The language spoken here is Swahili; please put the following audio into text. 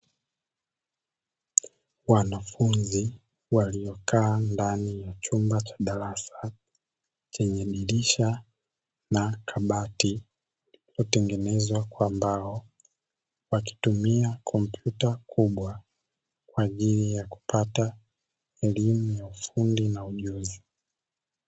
Wanafunzi waliokaa ndani ya chumba cha darasa chenye dirisha na kabati liliotengenezwa kwa mbao, wakitumia kompyuta kubwa kwa ajili ya kupata elimu ya ufundi na ujuzi.